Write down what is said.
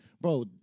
bro